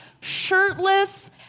shirtless